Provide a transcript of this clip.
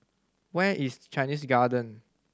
where is Chinese Garden